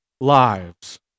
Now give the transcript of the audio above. lives